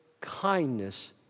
kindness